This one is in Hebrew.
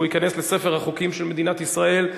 והחוק ייכנס לספר החוקים של מדינת ישראל.